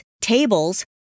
tables